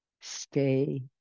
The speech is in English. Stay